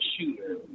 shooter